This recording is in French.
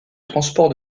transport